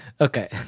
Okay